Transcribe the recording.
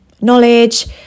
knowledge